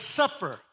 suffer